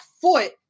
foot